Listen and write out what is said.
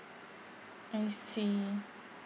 I see